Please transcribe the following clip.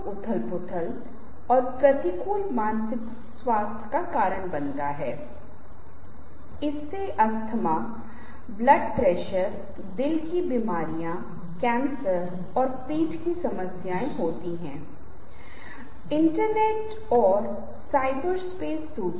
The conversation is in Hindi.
उदाहरण के लिए मैं जो स्लाइड तैयार कर रहा हूं वह आपके साथ साझा की जा सकती है वे आपके साथ साझा की जा रही हैं और यह कुछ ऐसा है जहां आप पाते हैं कि मैं वहां पर मौजूद नहीं हूं